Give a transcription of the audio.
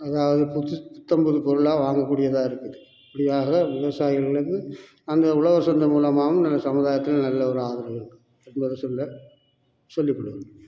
அதாவது புதுசு புத்தம்புது பொருளாக வாங்கக்கூடியதாக இருக்குது இப்படியாக விவசாயிகளுக்கு அங்கே உழவர் சந்தை மூலமாகவும் நல்ல சமுதாயத்தில் நல்ல ஒரு ஆதரவு இருக்குது என்பது சொல்ல சொல்லிப்படுவாங்க